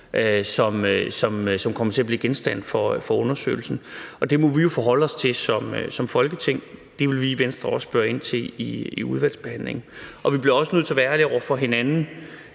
som kommer til at blive genstand for undersøgelsen. Det må vi jo forholde os til som Folketing, og det vil vi i Venstre også spørge ind til i udvalgsbehandlingen. Vi bliver også nødt til at være ærlige over for hinanden